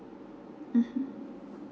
mmhmm